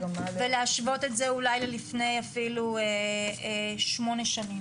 ולהשוות את זה אולי לפני שמונה שנים,